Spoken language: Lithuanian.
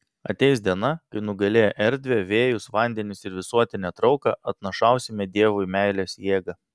ateis diena kai nugalėję erdvę vėjus vandenis ir visuotinę trauką atnašausime dievui meilės jėgą